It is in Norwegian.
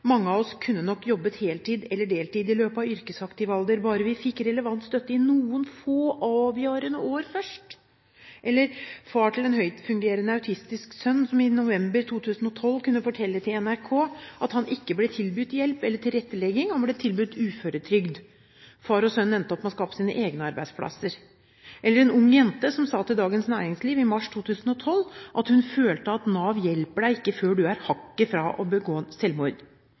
av oss kunne nok jobbet heltid eller deltid i løpet av yrkesaktiv alder, bare vi fikk relevant støtte i noen få, avgjørende år først.» Faren til en høytfungerende autistisk gutt kunne i november 2012 fortelle til NRK at han ikke ble tilbudt hjelp eller tilrettelegging. Han ble tilbudt uføretrygd. Far og sønn endte opp med å skape sine egne arbeidsplasser. Og til sist en ung jente som sa til Dagens Næringsliv i mars 2012: «Nav hjelper deg ikke før du er hakket fra å begå